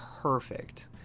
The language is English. perfect